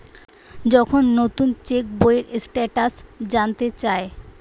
যখন নুতন চেক বইয়ের স্টেটাস জানতে চায়